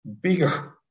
bigger